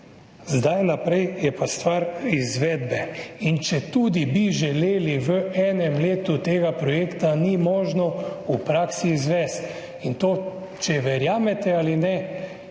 Zdaj, naprej je pa stvar izvedbe. In četudi bi želeli, v enem letu tega projekta ni možno v praksi izvesti. To, če verjamete ali ne,